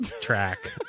track